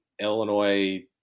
Illinois